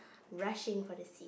rushing for the seat